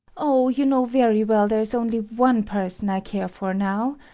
oh, you know very well there is only one person i care for now!